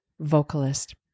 Vocalist